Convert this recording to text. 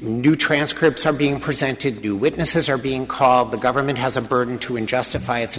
new transcripts are being presented to witnesses are being called the government has a burden to him justify its